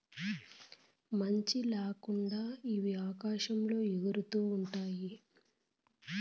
మంచి ల్యాకుండా ఇవి ఆకాశంలో ఎగురుతూ ఉంటాయి